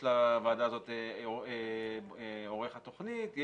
יש לוועדה הזאת עורך התוכנית,